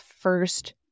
first